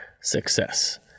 success